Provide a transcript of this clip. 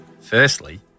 Firstly